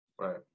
Right